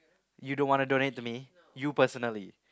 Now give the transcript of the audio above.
you don't wanna donate to me you personally